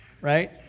right